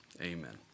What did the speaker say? Amen